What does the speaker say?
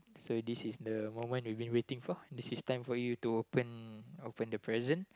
so this is the moment you've been waiting for this is time for you to open open the present